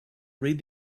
read